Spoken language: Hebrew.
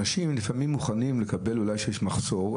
אנשים לפעמים מוכנים לקבל אולי שיש מחסור.